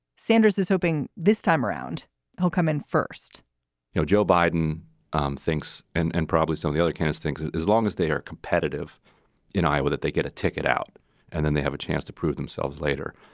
sanders is hoping this time around he'll come in first no, joe biden um thinks and and probably so. the other candidate thinks as long as they are competitive in iowa, that they get a ticket out and then they have a chance to prove themselves later.